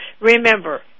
remember